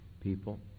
people